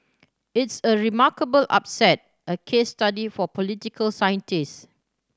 it's a remarkable upset a case study for political scientist